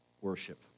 worship